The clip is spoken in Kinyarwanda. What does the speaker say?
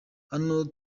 hano